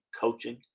coaching